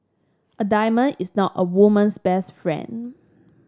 a diamond is not a woman's best friend